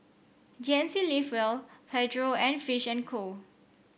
G N C Live Well Pedro and Fish and Co